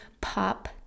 pop